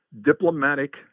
diplomatic